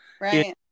Right